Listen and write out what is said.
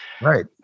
Right